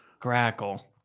Grackle